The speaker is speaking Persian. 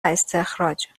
استخراج